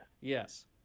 Yes